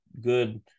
good